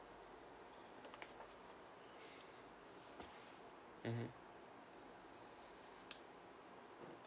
mmhmm